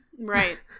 right